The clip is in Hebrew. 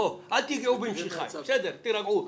בואו, אל תגעו במשיחי, תירגעו, שבו.